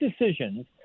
decisions